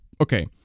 okay